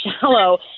shallow